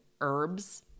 herbs